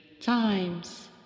times